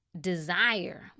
desire